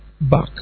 Back